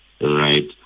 right